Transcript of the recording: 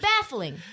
baffling